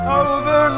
over